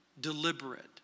deliberate